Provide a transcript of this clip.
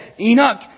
Enoch